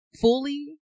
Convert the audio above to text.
fully